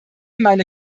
meine